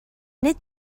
nid